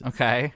Okay